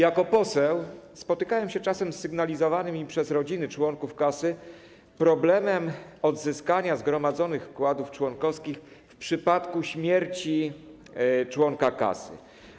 Jako poseł spotykałem się czasem z sygnalizowanym mi przez rodziny członków kasy problemem dotyczącym odzyskiwania zgromadzonych wkładów członkowskich w przypadku śmierci członka kasy.